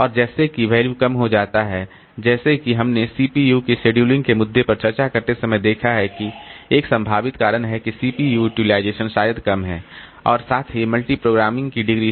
और जैसा कि वैल्यू कम हो जाता है जैसा कि हमने पहले सीपीयू के शेड्यूलिंग के मुद्दों पर चर्चा करते समय देखा है कि एक संभावित कारण है कि सीपीयू यूटिलाइजेशन शायद कम है और साथ ही मल्टीप्रोग्रामिंग की डिग्री